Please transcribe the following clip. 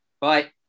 bye